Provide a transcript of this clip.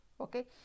okay